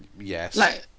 Yes